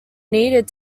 needed